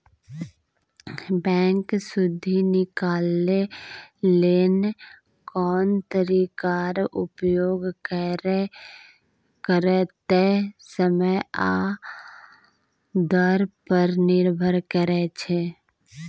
bank सुदि निकालय लेल कोन तरीकाक प्रयोग करतै समय आ दर पर निर्भर करै छै